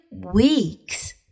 weeks